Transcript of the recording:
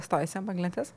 stojasi ant banglentės